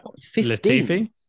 Latifi